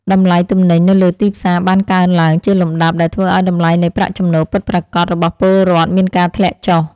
តម្លៃទំនិញនៅលើទីផ្សារបានកើនឡើងជាលំដាប់ដែលធ្វើឱ្យតម្លៃនៃប្រាក់ចំណូលពិតប្រាកដរបស់ពលរដ្ឋមានការធ្លាក់ចុះ។